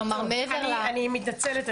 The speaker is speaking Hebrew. כלומר מעבר --- אני מתנצלת,